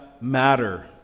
matter